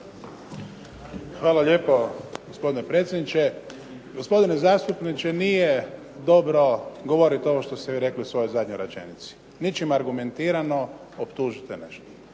Hvala lijepo gospodine predsjedniče. Gospodine zastupniče nije dobro govoriti ovo što ste vi rekli u svojoj zadnjoj rečenici. Ničim argumentirano optužite nešto.